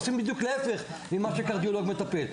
הם עושים בדיוק ההיפך מהקרדיולוג המטפל.